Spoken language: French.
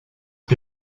que